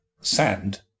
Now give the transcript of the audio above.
sand